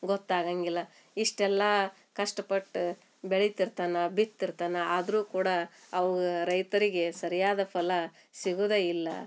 ಗೊತ್ತು ಆಗಂಗಿಲ್ಲ ಇಷ್ಟೆಲ್ಲಾ ಕಷ್ಟ ಪಟ್ಟು ಬೆಳಿತಿರ್ತಾನೆ ಬಿತ್ತಿರ್ತನ ಆದರೂ ಕೂಡ ಅವ ರೈತರಿಗೆ ಸರಿಯಾದ ಫಲ ಸಿಗುದ ಇಲ್ಲ